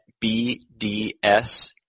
bds